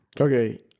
Okay